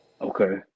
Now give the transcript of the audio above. okay